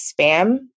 spam